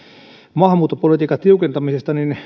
maahanmuuttopolitiikan tiukentamisesta niin